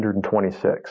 126